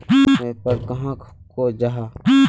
व्यापार कहाक को जाहा?